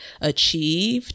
achieved